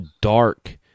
dark